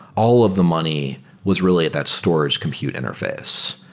all of the money was really at that storage compute interface.